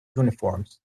uniforms